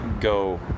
go